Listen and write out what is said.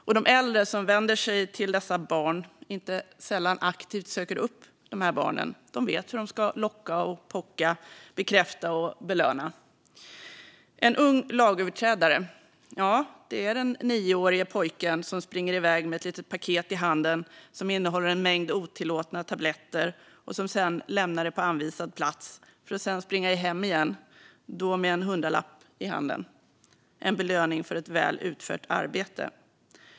Och de äldre som vänder sig till dessa barn - inte sällan söker de aktivt upp dessa barn - vet hur de ska locka och pocka, bekräfta och belöna. Ja, en ung lagöverträdare är den 9-åriga pojke som springer iväg med ett litet paket i handen som innehåller en mängd otillåtna tabletter och som lämnar det på anvisad plats för att sedan springa hem igen, då med en hundralapp i handen - en belöning för ett väl utfört arbete.